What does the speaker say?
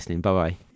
Bye-bye